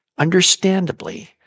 Understandably